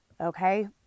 Okay